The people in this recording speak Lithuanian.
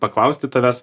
paklausti tavęs